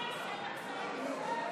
חברי הכנסת,